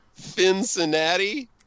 Cincinnati